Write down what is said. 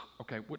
okay